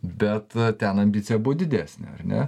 bet ten ambicija buvo didesnė ar ne